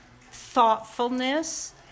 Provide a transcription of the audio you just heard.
thoughtfulness